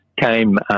came